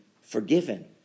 forgiven